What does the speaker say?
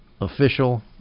official